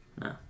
No